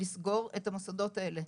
לסגור את המוסדות האלה.